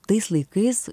tais laikais